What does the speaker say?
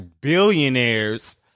billionaires